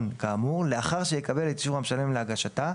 כאמור לאחר שיקבל את אישור המשלם להגשתה,